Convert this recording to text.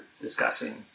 discussing